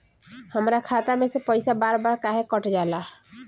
हमरा खाता में से पइसा बार बार काहे कट जाला?